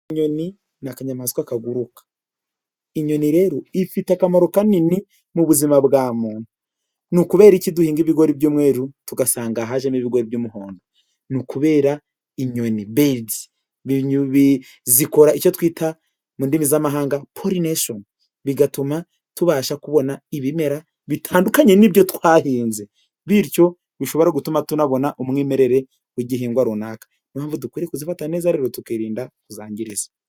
Inyoni n'akanyamaswa kaguruka, inyoni rero ifite akamaro kanini mu buzima bwa muntu, ni ukubera iki duhinga ibigori by'umweru tugasanga haje n'ibigori by'umuhondo? ni ukubera inyoni bedi zikora icyo twita mu ndimi z'amahanga pori neshoni (polly nation) bigatuma tubasha kubona ibimera bitandukanye n'ibyo twahinze, bityo bishobora gutuma tunabona umwimerere w'igihingwa runaka utadukanye. Inyoni dukwiye kuzifata neza rero tukirinda kuzangiriza.